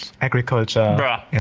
agriculture